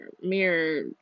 mirror